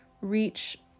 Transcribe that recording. reach